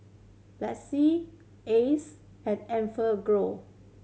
Betsy Acer and Enfagrow